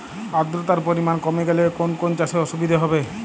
আদ্রতার পরিমাণ কমে গেলে কোন কোন চাষে অসুবিধে হবে?